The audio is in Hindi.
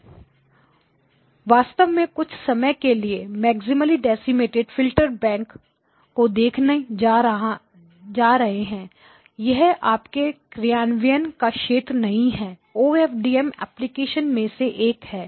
हम वास्तव में कुछ समय के लिए मैक्सिमली डेसिमटेड फ़िल्टर बैंक्स को देखने जा रहे हैं यह आपके क्रियान्वयन का क्षेत्र नहीं है OFDM एप्लीकेशन में से एक है